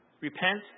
Repent